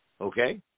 Okay